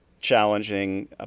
challenging